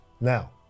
now